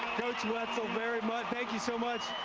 coach wetzel, very much, thank you so much,